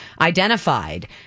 identified